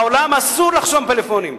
בעולם אסור לחסום פלאפונים.